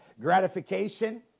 gratification